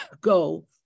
go